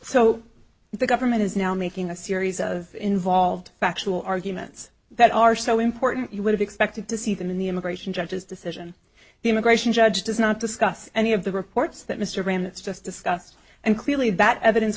so the government is now making a series of involved factual arguments that are so important you would have expected to see them in the immigration judge's decision the immigration judge does not discuss any of the reports that mr graham that's just discussed and clearly that evidence